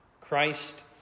Christ